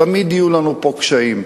תמיד יהיו לנו פה קשיים,